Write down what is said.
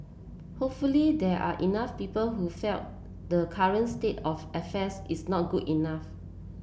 hopefully there are enough people who felt the current state of affairs is not good enough